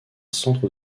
centre